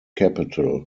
capital